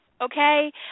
okay